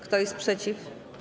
Kto jest przeciw?